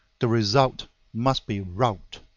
the result must be rout.